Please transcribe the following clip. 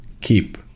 Keep